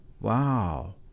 wow